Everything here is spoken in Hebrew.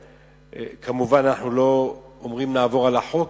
אנחנו כמובן לא אומרים לעבור על החוק,